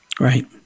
Right